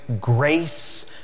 Grace